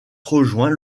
rejoint